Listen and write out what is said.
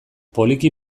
poliki